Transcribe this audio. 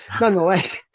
nonetheless